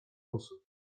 osób